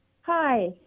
Hi